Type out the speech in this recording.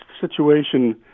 situation